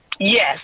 Yes